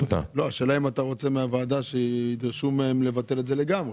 האם אתה לא רוצה שהוועדה תדרוש מהם לבטל את זה לגמרי?